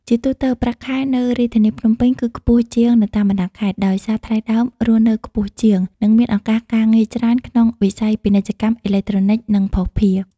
ជាទូទៅ ប្រាក់ខែនៅរាជធានីភ្នំពេញគឺខ្ពស់ជាងនៅតាមបណ្តាខេត្ត ដោយសារថ្លៃដើមរស់នៅខ្ពស់ជាង និងមានឱកាសការងារច្រើនក្នុងវិស័យ ពាណិជ្ជកម្មអេឡិចត្រូនិក និងភស្តុភារ។